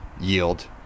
yield